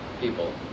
people